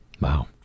Wow